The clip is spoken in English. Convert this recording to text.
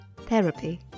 therapy